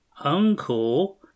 uncle